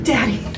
Daddy